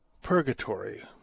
purgatory